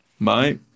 Bye